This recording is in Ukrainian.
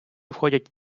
входять